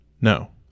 No